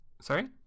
Sorry